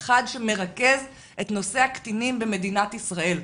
אחד שמרכז את נושא הקטינים במדינת ישראל.